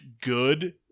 good